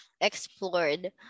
explored